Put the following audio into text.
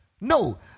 No